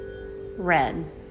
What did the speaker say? red